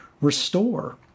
restore